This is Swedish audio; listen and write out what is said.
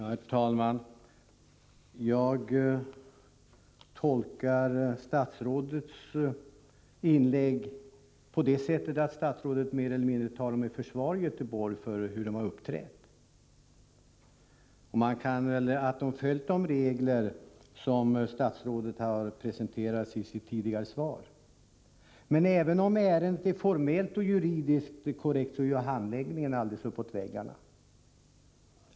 Herr talman! Jag tolkar statsrådets inlägg på det sättet att statsrådet mer eller mindre försvarar det handlingssätt som förekommit i Göteborg; man har följt de regler som statsrådet har presenterat i sitt tidigare svar. Men även om förfarandet är formellt och juridiskt korrekt, så är ju handläggningen alldeles uppåt väggarna.